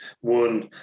one